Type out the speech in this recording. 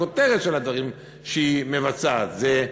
הכותרת של הדברים שהיא מבצעת זה,